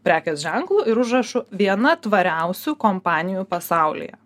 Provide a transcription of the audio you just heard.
prekės ženklu ir užrašu viena tvariausių kompanijų pasaulyje